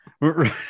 Right